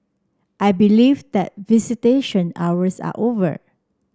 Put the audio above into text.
I believe that visitation hours are over